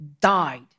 died